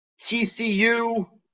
TCU